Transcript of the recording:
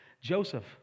Joseph